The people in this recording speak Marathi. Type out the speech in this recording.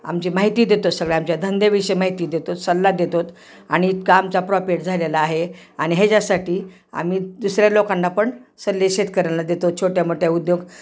आमची माहिती देतो सगळ्या आमच्या धंदेविषय माहिती देतो सल्ला देतोत आणि इतका आमचा प्रॉफिट झालेला आहे आणि ह्याच्यासाठी आम्ही दुसऱ्या लोकांना पण सल्ले शेतकऱ्याला देतो छोट्या मोठ्या उद्योग